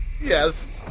yes